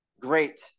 great